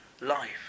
life